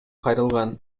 кайрылган